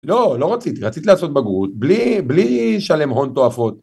לא, לא רציתי, רציתי לעשות בגרות, בלי שלם הון תואפות.